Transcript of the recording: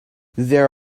there